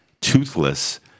toothless